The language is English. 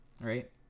right